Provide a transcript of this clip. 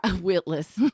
witless